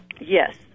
Yes